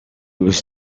was